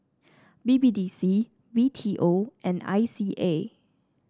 B B D C B T O and I C A